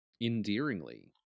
endearingly